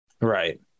right